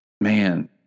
man